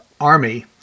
army